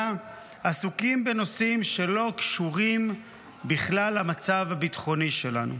עסוקים בנושאים שלא קשורים כלל למצב הביטחוני שלנו: